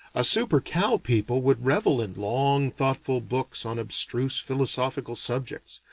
a super-cow people would revel in long thoughtful books on abstruse philosophical subjects,